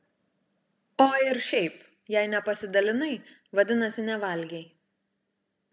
o ir šiaip jei nepasidalinai vadinasi nevalgei